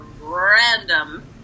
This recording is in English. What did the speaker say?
random